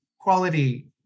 quality